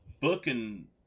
booking